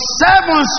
seven